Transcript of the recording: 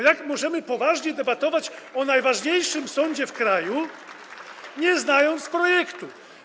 Jak możemy poważnie debatować o najważniejszym sądzie w kraju, nie znając projektu?